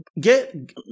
get